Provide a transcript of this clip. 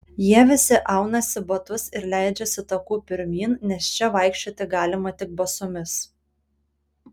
jie visi aunasi batus ir leidžiasi taku pirmyn nes čia vaikščioti galima tik basomis